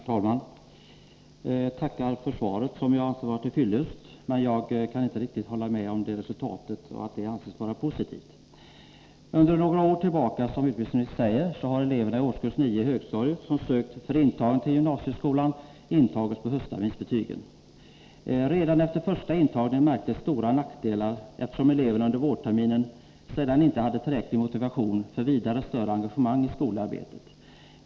Herr talman! Jag tackar för svaret, som jag anser vara till fyllest, men jag kan inte riktigt hålla med om att resultatet anses vara positivt. Sedan några år tillbaka har, som utbildningsministern säger, eleverna i årskurs 9 i högstadiet som sökt för intagning till gymnasieskolan intagits på höstterminsbetygen. Redan efter första intagningen märktes stora nackdelar, eftersom eleverna under vårterminen inte hade tillräcklig motivation för något större engagemangi skolarbetet.